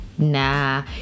nah